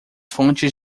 fontes